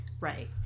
Right